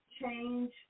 change